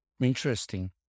Interesting